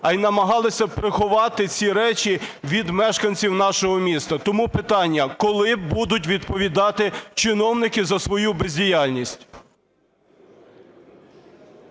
а й намагалися приховати ці речі від мешканців нашого міста. Тому питання. Коли будуть відповідати чиновники за свою бездіяльність?